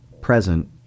present